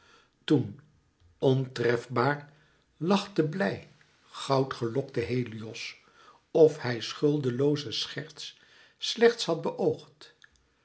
toen ontrefbaar lachte blij goudgelokte helios of hij schuldeloozen scherts slechts had beoogd